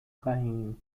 carrinho